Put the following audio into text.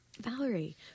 Valerie